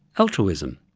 altruism.